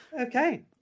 okay